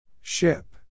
Ship